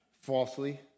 falsely